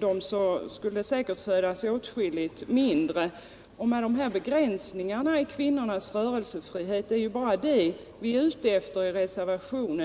barn skulle det säkert födas åtskilligt färre. Det är just begränsningarna i kvinnornas rörelsefrihet vi är ute efter i reservationen.